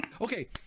Okay